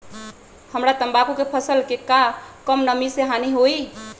हमरा तंबाकू के फसल के का कम नमी से हानि होई?